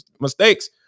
mistakes